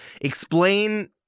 Explain